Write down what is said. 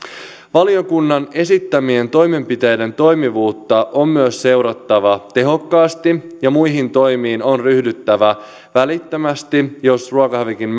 valiokunnan esittämien toimenpiteiden toimivuutta on myös seurattava tehokkaasti ja muihin toimiin on ryhdyttävä välittömästi jos ruokahävikin